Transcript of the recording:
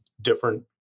different